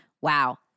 Wow